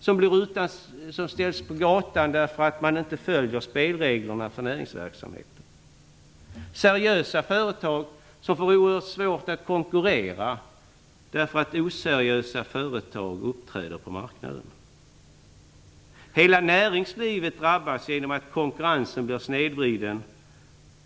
Det är personer som ställs på gatan därför att man inte följer spelreglerna för näringsverksamheten. Det är seriösa företag som för oerhört svårt att konkurrera eftersom oseriösa företag uppträder på marknaden. Hela näringslivet drabbas genom att konkurrensen blir snedvriden.